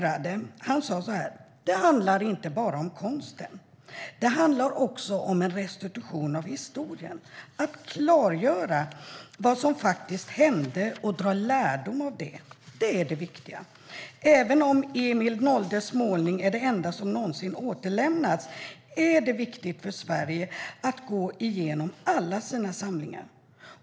Han sa: "Det handlar inte bara om konsten. Det handlar också om en restitution av historien. Att klargöra vad som faktiskt hände och dra lärdom av det. Det är det viktiga. Även om Emil Noldes målning är det enda som någonsin återlämnas, så är det viktigt för Sverige att gå i genom alla sina samlingar.